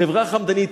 חברה חמדנית.